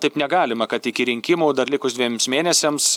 taip negalima kad iki rinkimų dar likus dviems mėnesiams